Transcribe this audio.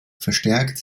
verstärkt